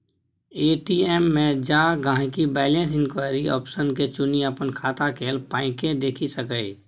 ATM मे जा गांहिकी बैलैंस इंक्वायरी आप्शन के चुनि अपन खाता केल पाइकेँ देखि सकैए